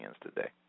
today